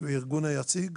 שהוא הארגון היציג,